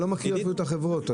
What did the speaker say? נמצא איתנו איתי טלמור בזום.